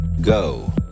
go